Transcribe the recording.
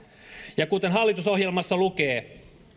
ja kuten hallitusohjelmassa lukee